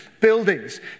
buildings